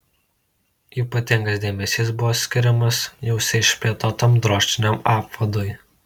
ypatingas dėmesys buvo skiriamas juose išplėtotam drožtiniam apvadui